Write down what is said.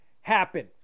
happen